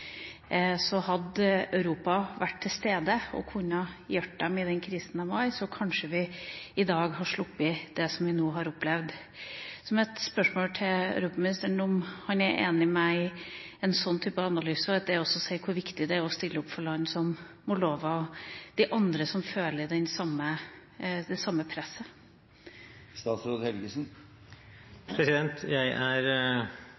Så hadde Europa vært til stede og kunnet hjelpe dem i den krisen de var i, hadde vi kanskje i dag sluppet det som vi nå har opplevd. Så mitt spørsmål til europaministeren er om han er enig med meg i en sånn type analyse, og at det også sier oss hvor viktig det er å stille opp for land som Moldova og de andre landene som føler det samme presset.